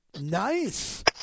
Nice